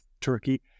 Turkey